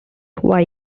why